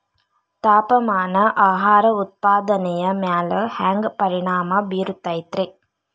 ತಾಪಮಾನ ಆಹಾರ ಉತ್ಪಾದನೆಯ ಮ್ಯಾಲೆ ಹ್ಯಾಂಗ ಪರಿಣಾಮ ಬೇರುತೈತ ರೇ?